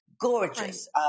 Gorgeous